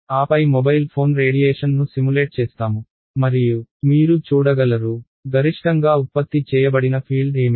ఆపై mobile phone రేడియేషన్ను simulate చేస్తాము మరియు మీరు చూడగలరు గరిష్టంగా ఉత్పత్తి చేయబడిన ఫీల్డ్ ఏమిటి